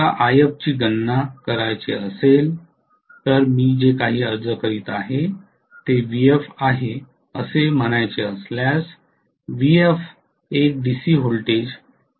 जर मला IF ची गणना करायचे असेल तर मी जे काही अर्ज करीत आहे ते Vf आहे असे म्हणायचे असल्यास Vf एक डीसी व्होल्टेज